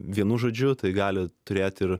vienu žodžiu tai gali turėti ir